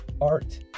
art